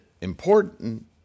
important